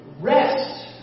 rest